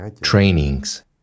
trainings